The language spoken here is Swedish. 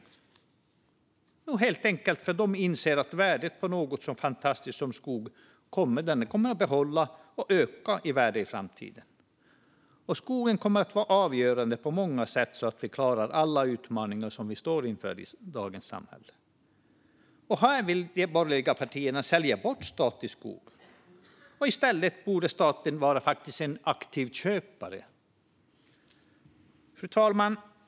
Jo, det gör de helt enkelt för att de inser att värdet på något så fantastiskt som skog kommer att behållas, och skogen kommer att öka i värde i framtiden. Skogen kommer att vara avgörande på många sätt för att vi ska vi klara alla utmaningar som vi står inför i dagens samhälle. De borgerliga partierna vill sälja bort statlig skog. I stället borde staten faktiskt vara en aktiv köpare. Fru talman!